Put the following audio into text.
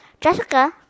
Jessica